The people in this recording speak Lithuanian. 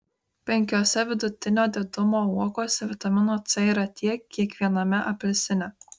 penkiose vidutinio didumo uogose vitamino c yra tiek kiek viename apelsine